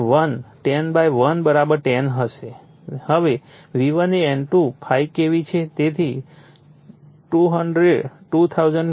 હવે V1 એ N2 5 KV છે